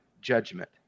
judgment